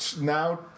now